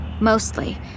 mostly